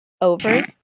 over